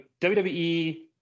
WWE